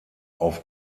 auf